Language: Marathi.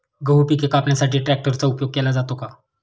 गहू पिके कापण्यासाठी ट्रॅक्टरचा उपयोग केला जातो का?